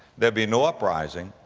there'll be no uprising.